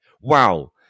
Wow